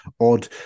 odd